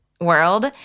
world